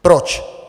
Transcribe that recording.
Proč?